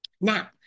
Now